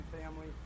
family